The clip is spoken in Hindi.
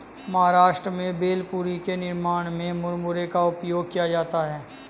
महाराष्ट्र में भेलपुरी के निर्माण में मुरमुरे का उपयोग किया जाता है